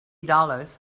dollars